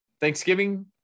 Thanksgiving